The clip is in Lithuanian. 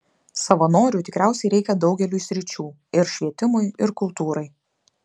savanorių tikriausiai reikia daugeliui sričių ir švietimui ir kultūrai